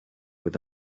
with